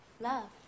Love